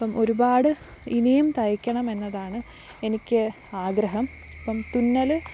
അപ്പം ഒരുപാട് ഇനിയും തയ്ക്കണം എന്നതാണ് എനിക്ക് ആഗ്രഹം അപ്പം തുന്നൽ